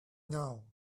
now